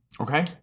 Okay